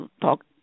talk